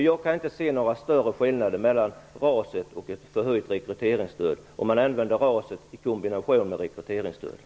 Jag kan inte se några större skillnader mellan RAS och ett höjt rekryteringsstöd. Man kan använda